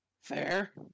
Fair